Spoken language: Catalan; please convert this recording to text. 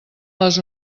les